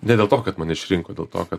ne dėl to kad mane išrinko dėl to kad